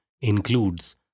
includes